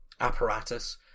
apparatus